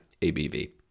ABV